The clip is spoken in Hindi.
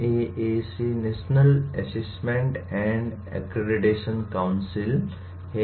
NAAC national assessment and accreditation council है